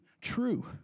true